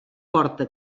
porta